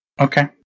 Okay